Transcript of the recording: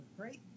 great